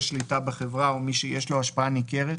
השליטה בחברה או מי שיש לו השפעה ניכרת,